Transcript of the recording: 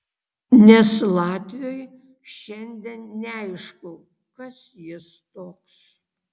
nes latviui šiandien neaišku kas jis toks